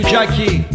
Jackie